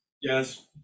Yes